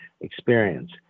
experience